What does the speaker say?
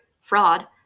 fraud